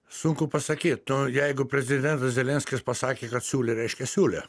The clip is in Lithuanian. sunku pasakyt nu jeigu prezidentas zelenskis pasakė kad siūlė reiškia siūlė